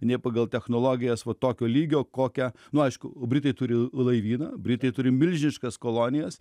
nei pagal technologijas va tokio lygio kokią nu aišku britai turi laivyną britai turi milžiniškas kolonijas